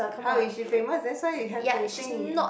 how is she famous that's why you have to think